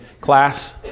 Class